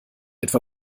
etwa